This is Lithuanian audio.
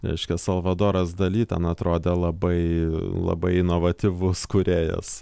reiškia salvadoras dali ten atrodė labai labai inovatyvus kūrėjas